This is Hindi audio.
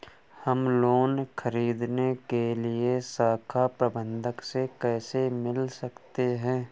हम लोन ख़रीदने के लिए शाखा प्रबंधक से कैसे मिल सकते हैं?